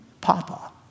Papa